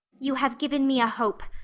you have given me a hope.